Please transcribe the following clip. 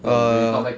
err